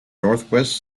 northwest